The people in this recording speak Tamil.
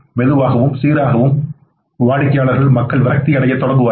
மெதுவாகவும் சீராகவும் மக்கள் விரக்தியடையத் தொடங்குவார்கள்